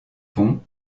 pont